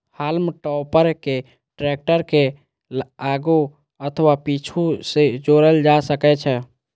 हाल्म topper कें tractor के आगू अथवा पीछू सं जोड़ल जा सकै छै